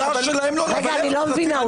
אני לא מבינה,